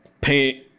paint